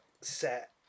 set